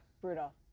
Brutal